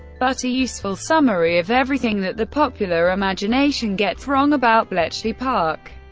but a useful summary of everything that the popular imagination gets wrong about bletchley park,